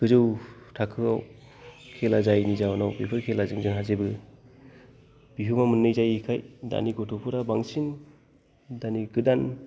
गोजौ थाखोआव खेला जायिनि जाहोनाव बेफोर खेलाजों जेबो बिहोमा मोननाय जायिखाय दानि ग'थ'फ्रा बांसिन दा नि गोदान